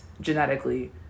genetically